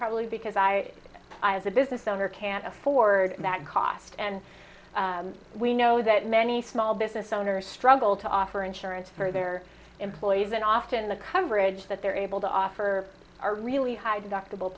probably because i i as a business owner can't afford that cost and we know that many small business owners struggle to offer insurance for their employees and often the coverage that they're able to offer are really high deductible